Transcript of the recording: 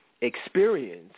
experience